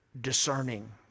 discerning